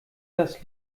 das